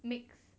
makes